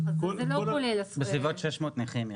יש רק 600 נכים.